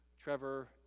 Trevor